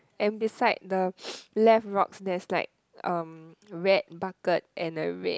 and beside the left rocks there's like um red bucket and a red